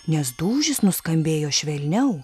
nes dūžis nuskambėjo švelniau